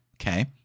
okay